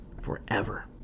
forever